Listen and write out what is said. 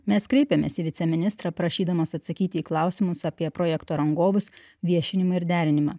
mes kreipėmės į viceministrą prašydamos atsakyti į klausimus apie projekto rangovus viešinimą ir derinimą